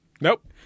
Nope